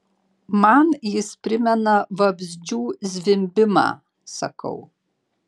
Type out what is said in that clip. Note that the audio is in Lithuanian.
man jis primena vabzdžių zvimbimą sakau